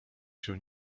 się